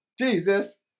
Jesus